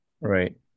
Right